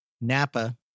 Napa